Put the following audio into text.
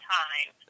time